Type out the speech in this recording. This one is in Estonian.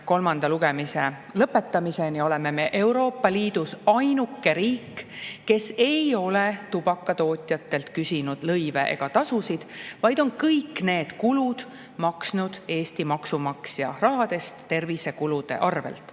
kolmanda lugemise lõpetamiseni oleme me Euroopa Liidus ainuke riik, kes ei ole tubakatootjatelt küsinud lõive ega tasusid, vaid on kõik need kulud maksnud Eesti maksumaksja rahast tervisekulude arvelt.